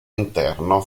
interno